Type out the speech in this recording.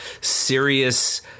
serious